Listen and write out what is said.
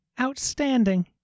Outstanding